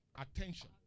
attention